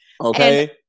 Okay